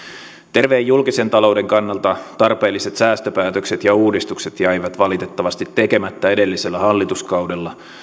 terveen julkisen talouden kannalta tarpeelliset säästöpäätökset ja uudistukset jäivät valitettavasti tekemättä edellisellä hallituskaudella